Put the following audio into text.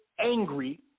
angry